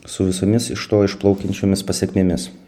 su visomis iš to išplaukiančiomis pasekmėmis